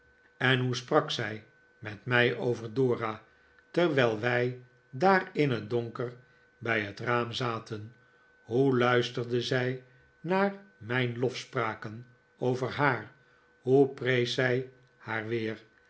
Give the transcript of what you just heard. en hoe sprak zij met mij over dora terwijl wij daar in het donker bij het raam zaten hoe luisterde zij naar mijn lofspraken over haar hqe prees zij haar weer